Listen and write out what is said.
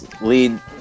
lead